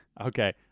Okay